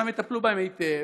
שם יטפלו בהם היטב,